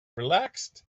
relaxed